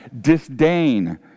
disdain